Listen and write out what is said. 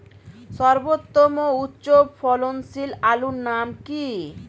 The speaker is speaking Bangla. সর্বোত্তম ও উচ্চ ফলনশীল আলুর নাম কি?